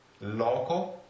loco